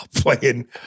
playing